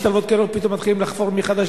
פתאום מתחילים לחפור מחדש,